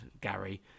Gary